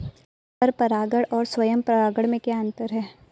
पर परागण और स्वयं परागण में क्या अंतर है?